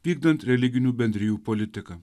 vykdant religinių bendrijų politiką